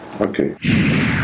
Okay